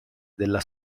della